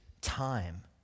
time